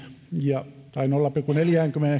jo yli nolla pilkku neljänkymmenen